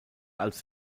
als